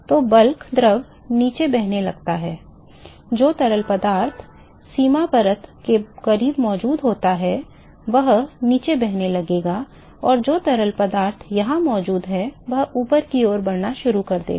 तो बल्क द्रव नीचे बहने लगता है जो तरल पदार्थ सीमा परत के करीब मौजूद होता है वह नीचे बहने लगेगा और जो तरल पदार्थ यहां मौजूद है वह ऊपर की ओर बढ़ना शुरू कर देगा